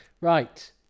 Right